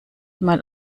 mal